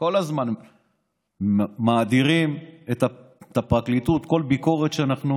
כל הזמן מאדירים את הפרקליטות, וכל ביקורת שאנחנו